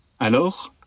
Alors